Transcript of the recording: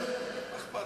אני מרשה